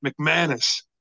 mcmanus